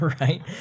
Right